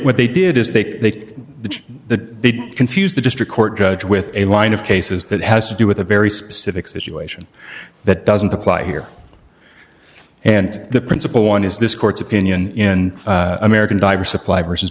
what they did is they make the big confuse the district court judge with a line of cases that has to do with a very specific situation that doesn't apply here and the principle one is this court's opinion in american diver supply v